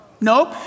Nope